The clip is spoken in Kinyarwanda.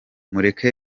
mureke